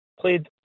played